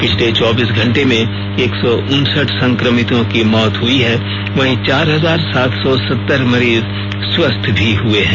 पिछले चौबीस घंटे में एक सौ उनसठ संक्रमितों की मौत हुई है वहीं चार हजार सात सौ सत्तर मरीज स्वस्थ भी हुए हैं